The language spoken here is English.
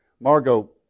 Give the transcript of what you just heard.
Margot